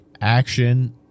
action